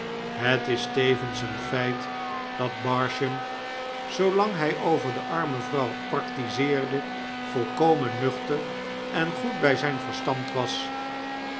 het is tevens een feit dat barsham zoolang hij over de arme vrouw praktizeerde volkomen nuchter en goed by zyn verstand was